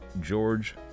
George